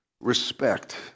respect